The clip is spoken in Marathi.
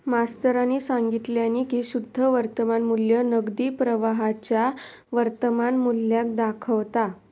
मास्तरानी सांगितल्यानी की शुद्ध वर्तमान मू्ल्य नगदी प्रवाहाच्या वर्तमान मुल्याक दाखवता